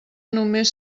només